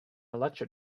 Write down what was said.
lecture